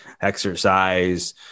exercise